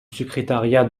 secrétariat